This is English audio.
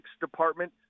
department